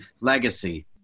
legacy